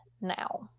now